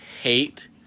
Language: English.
hate